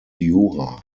jura